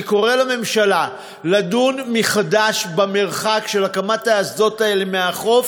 אני קורא לממשלה לדון מחדש במרחק של הקמת האסדות האלה מהחוף,